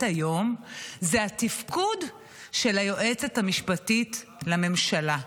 היום זה התפקוד של היועצת המשפטית לממשלה,